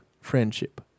friendship